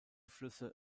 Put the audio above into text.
flüsse